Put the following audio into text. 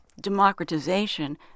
Democratization